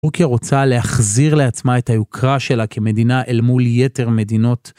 טורקיה רוצה להחזיר לעצמה את היוקרה שלה כמדינה אל מול יתר המדינות